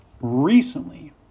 Recently